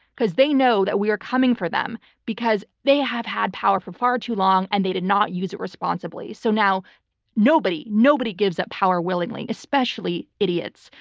because they know that we are coming for them because they have had power for far too long and they did not use it responsibly. so now nobody, nobody gives up power willingly, especially idiots.